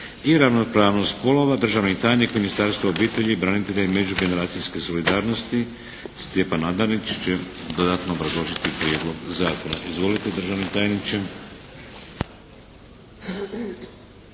i ravnopravnost spolova. Državni tajnik Ministarstva obitelji, branitelja i međugeneracijske solidarnosti Stjepan Adenić će dodatno obrazložiti Prijedlog zakona. Izvolite državni tajniče.